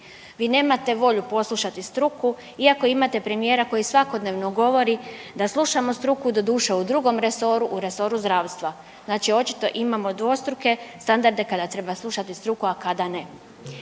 Vi nemate volju poslušati struku iako imate premijera koji svakodnevno govori da slušamo struku, doduše u drugom resoru, u resoru zdravstva. Znači očito imamo dvostruke standarde kada treba slušati struku, a kada ne.